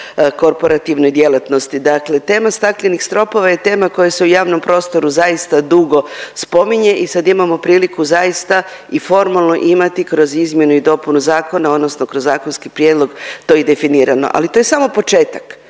korporativnoj djelatnosti. Dakle tema staklenih stropova je tema koja se u javnom prostoru zaista dugo spominje i sad imamo priliku zaista i formalno imati kroz izmjenu i dopunu zakona odnosno kroz zakonski prijedlog to je i definirano, ali to je samo početak,